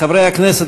חברי הכנסת,